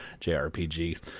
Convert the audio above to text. JRPG